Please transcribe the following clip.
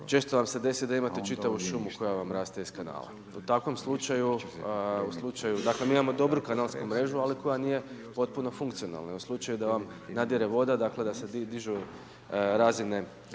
često vam se desi da imate čitavu šumu koja vam raste iz kanala. U takvom slučaju, u slučaju, dakle mi imamo dobru kanalsku mrežu ali koja nije potpuno funkcionalna. U slučaju da vam nadire voda, dakle da se dižu razine